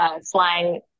slang